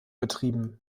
betrieben